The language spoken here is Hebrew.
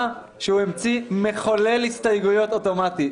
שהוא המציא מחולל הסתייגויות אוטומטי.